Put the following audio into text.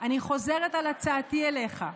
אני חוזרת על הצעתי אליך: